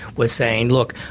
was saying, look,